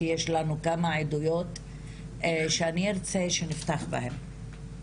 כי יש לנו כמה עדויות שאני ארצה שנפתח בהן.